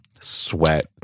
sweat